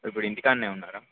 ఇప్పుడు ఇంటికాడనే ఉన్నారా